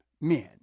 men